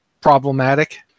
problematic